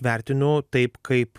vertinu taip kaip